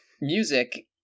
Music